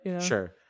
Sure